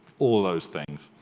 all those things.